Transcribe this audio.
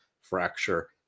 fracture